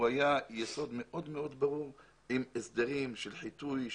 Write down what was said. היה יסוד מאוד ברור עם הסדרים של חיטוי.